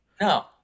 No